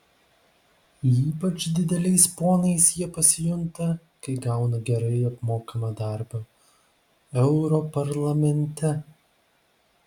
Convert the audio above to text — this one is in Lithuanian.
ypač dideliais ponais jie pasijunta kai gauna gerai apmokamą darbą europarlamente